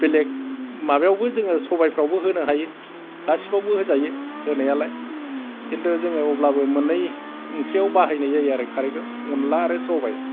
बेलेग माबायावबो जोङो सबायफ्रावबो होनो हायो गासिबावबो होजायो होनायालाय किन्टु जोङो अब्लाबो मोननै ओंख्रियाव बाहायनाय जायो आरो खारैखौ अनला आरो सबाय